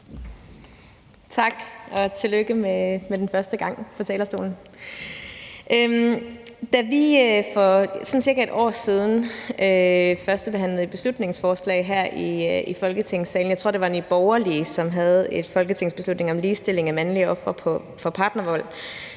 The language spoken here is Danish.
Tak, og tillykke med den første gang på talerstolen. Da vi for sådan cirka et år siden førstebehandlede et beslutningsforslag her i Folketingssalen – jeg tror, det var Nye Borgerlige, som havde fremsat et forslag til folketingsbeslutning om ligestilling af mandlige ofre for partnervold